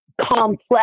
complex